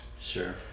sure